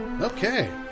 Okay